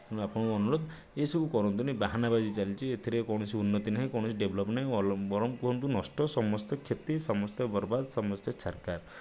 ତେଣୁ ଆପଣଙ୍କୁ ଅନୁରୋଧ ଏସବୁ କରନ୍ତୁନି ବାହାନାବାଜି ଚାଲିଛି ଏଥିରେ କୌଣସି ଉନ୍ନତି ନାହିଁ କୌଣସି ଡେଭଲପ୍ ନାହିଁ ବରଂ କୁହନ୍ତୁ ନଷ୍ଟ ସମସ୍ତେ କ୍ଷତି ସମସ୍ତେ ବରବାଦ ସମସ୍ତେ ଛାରଖାର